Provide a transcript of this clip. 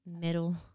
middle